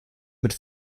mit